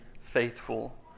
faithful